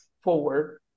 forward